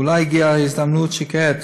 אולי הגיעה ההזדמנות שכעת,